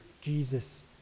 Jesus